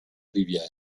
rivière